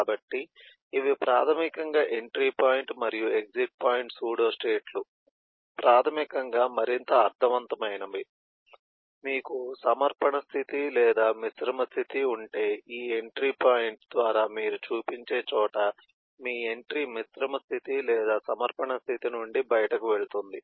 కాబట్టి ఇవి ప్రాథమికంగా ఎంట్రీ పాయింట్ మరియు ఎగ్జిట్ పాయింట్ సూడోస్టేట్లు ప్రాథమికంగా మరింత అర్ధవంతమైనవి మీకు సమర్పణ స్థితి లేదా మిశ్రమ స్థితి ఉంటే ఈ ఎంట్రీ పాయింట్ ద్వారా మీరు చూపించే చోట మీ ఎంట్రీ మిశ్రమ స్థితి లేదా సమర్పణ స్థితి నుండి బయటకు వెళ్తుంది